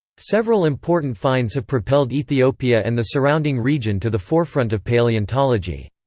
several important finds have propelled ethiopia and the surrounding region to the forefront of palaeontology.